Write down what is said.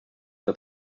que